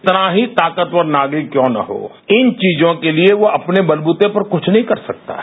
कितना ही ताकवर नागरिक क्यों न हो इन चीजों के लिए वो अपने बलबूते पर कुछ नहीं कर सकता है